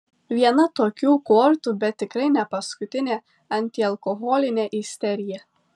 viena tokių kortų bet tikrai ne paskutinė antialkoholinė isterija